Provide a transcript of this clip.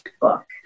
book